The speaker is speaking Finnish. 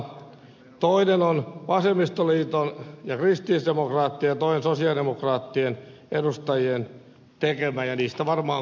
toinen on vasemmistoliiton ja kristillisdemokraattien ja toinen sosialidemokraattien edustajien tekemä ja niistä varmaan kuullaan lisää